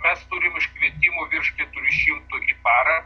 mes turim iškvietimų virš keturių šimtų į parą